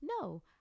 no